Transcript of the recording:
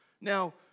Now